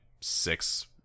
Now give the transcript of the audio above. six